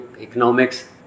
economics